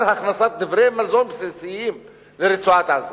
הכנסת דברי מזון בסיסיים לרצועת-עזה.